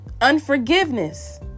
unforgiveness